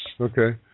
Okay